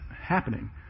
happening